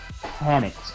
panicked